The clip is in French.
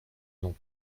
non